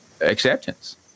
acceptance